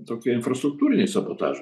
tokie infrastruktūriniai sabotažai